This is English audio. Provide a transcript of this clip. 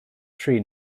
tree